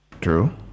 True